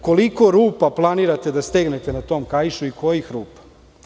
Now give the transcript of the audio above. Koliko rupa planirate da stegnete na tom kaišu i kojih rupa?